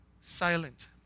silent